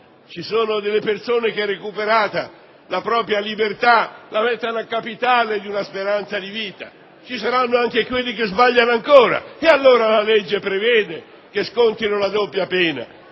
Ci sono delle persone che, recuperata la propria libertà, la mettono a capitale di una speranza di vita. Ci saranno anche quelli che sbaglieranno ancora e allora la legge prevede che scontino la doppia pena.